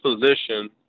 position